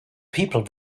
people